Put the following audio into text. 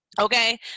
Okay